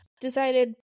decided